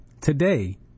today